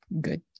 good